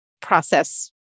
process